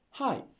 Hi